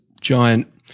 giant